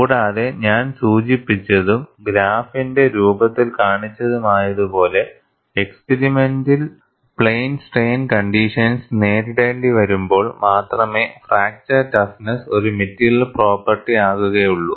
കൂടാതെ ഞാൻ സൂചിപ്പിച്ചതും ഗ്രാഫിന്റെ രൂപത്തിൽ കാണിച്ചതുമായതുപോലെ എക്സ്പിരിമെന്റിൽ പ്ലെയിൻ സ്ട്രെയിൻ കണ്ടീഷൻസ് നേരിടേണ്ടിവരുമ്പോൾ മാത്രമേ ഫ്രാക്ചർ ടഫ്നെസ്സ് ഒരു മെറ്റീരിയൽ പ്രോപ്പർട്ടി ആകുകയുള്ളൂ